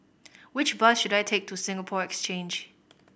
which bus should I take to Singapore Exchange